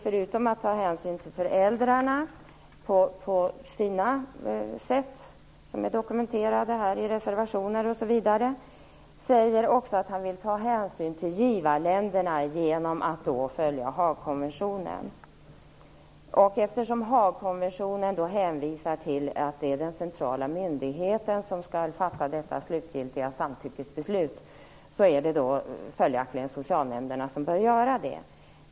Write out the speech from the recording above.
Förutom att ta hänsyn till föräldrarna på det sätt som är dokumenterat i reservationer osv., säger Stig Sandström att han vill ta hänsyn till givarländerna genom att följa Haagkonventionen. Eftersom den hänvisar till att det är den centrala myndigheten som skall fatta det slutgiltiga samtyckesbeslutet är det följaktligen socialnämnderna som bör göra detta.